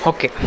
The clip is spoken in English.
Okay